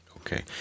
Okay